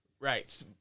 Right